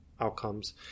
outcomes